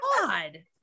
God